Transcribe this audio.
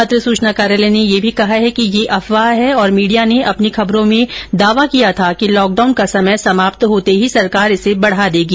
पत्र सूचना कार्यालय ने यह भी कहा कि यह अफवाह है और मीडिया ने अपनी खबरों में दावा किया था कि लॉकडाउन का समय समाप्त होते ही सरकार इसे बढा देगी